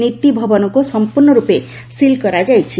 ନୀତି ଭବନକୁ ସମ୍ପୂର୍ଣ୍ଣ ରୂପେ ସିଲ୍ କରିଦିଆଯାଇଛି